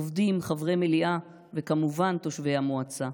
עובדים, חברי מליאה, וכמובן תושבי המועצה.